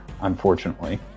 unfortunately